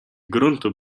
gruntu